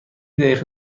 دقیقه